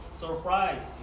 surprise